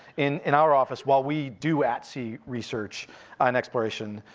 in in our office, while we do at sea research and exploration,